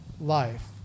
life